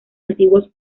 antiguos